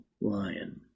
lion